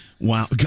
Wow